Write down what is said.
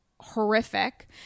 horrific